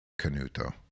Canuto